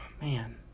Man